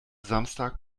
samstag